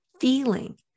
feeling